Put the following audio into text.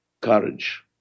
courage